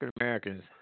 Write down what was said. Americans